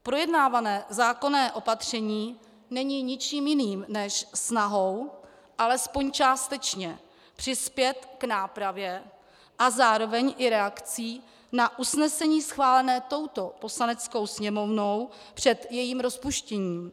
Projednávané zákonné opatření není ničím jiným než snahou alespoň částečně přispět k nápravě a zároveň i reakcí na usnesení schválené touto Poslaneckou sněmovnou před jejím rozpuštěním.